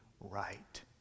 right